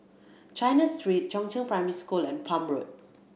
China Street Chongzheng Primary School and Palm Road